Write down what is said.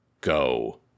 go